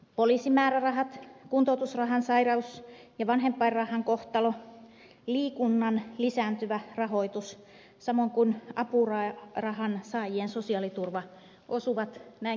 poliisimäärärahat kuntoutusrahan sairaus ja vanhempainrahan kohtalo liikunnan lisääntyvä rahoitus samoin kuin apurahan saajien sosiaaliturva osuvat näin kristillisdemokraattisesta näkökulmasta varsin kohdalleen